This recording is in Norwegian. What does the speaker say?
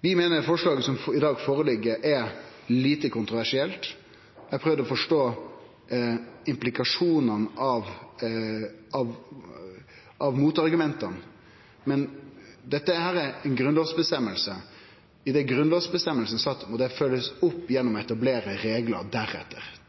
Vi meiner forslaget som i dag ligg føre, er lite kontroversielt. Eg har prøvd å forstå implikasjonane av motargumenta, men dette er ei grunnlovsføresegn, og grunnlovsføresegna blir følgd opp gjennom å etablere reglar deretter.